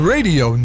Radio